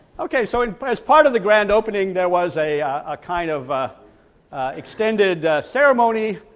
okay so and but as part of the grand opening there was a kind of extended ceremony.